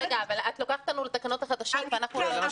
אבל את לוקחת אותנו לתקנות החדשות ואנחנו --- כן,